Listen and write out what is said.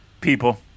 people